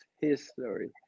history